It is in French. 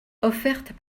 offertes